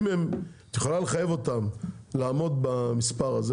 אם את יכולה לחייב אותם לעמוד במספר מסוים,